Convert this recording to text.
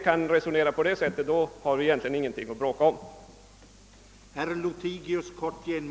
Kan vi resonera på det sättet, har vi egentligen ingenting att bråka om.